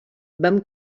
vam